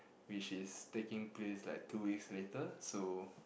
which is taking place like two weeks later so